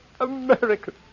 American